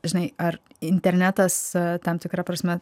žinai ar internetas tam tikra prasme